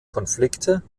konflikte